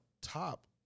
top